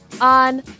on